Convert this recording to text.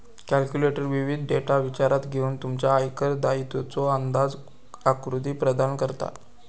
calculator विविध data विचारात घेऊन तुमच्या आयकर दायित्वाचो अंदाजे आकृती प्रदान करता